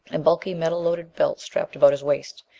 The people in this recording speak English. and bulky metal-loaded belt strapped about his waist.